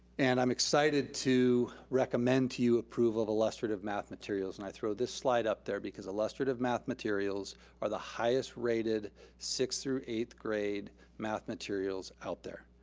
and i'm excited to recommend to you approval of illustrative math materials. and i throw this slide up there because illustrative math materials are the highest rated sixth through eighth grade math materials out there.